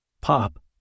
Pop